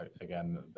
again